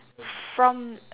from